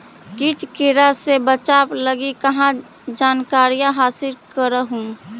किट किड़ा से बचाब लगी कहा जानकारीया हासिल कर हू?